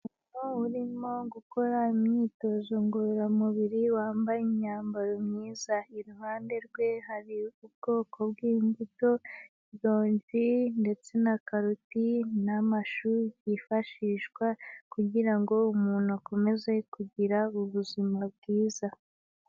Umugabo urimo gukora imyitozo ngororamubiri wambaye imyambaro myiza. Iruhande rwe hari ubwoko bw'imbuto, ironji ndetse na karoti n'amashu byifashishwa kugira ngo umuntu akomeze kugira ubuzima bwiza.